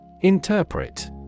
Interpret